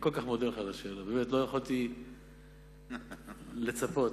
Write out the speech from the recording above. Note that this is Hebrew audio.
באמת, לא יכולתי לצפות.